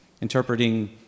interpreting